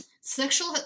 sexual